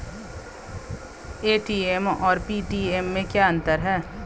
ATM और Paytm में क्या अंतर है?